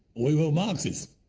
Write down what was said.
we were marxists.